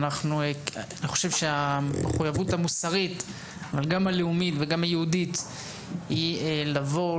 אני חושב שהמחויבות המוסרית אבל גם הלאומית וגם היהודית היא לבוא,